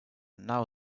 now